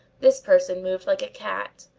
this person moved like a cat.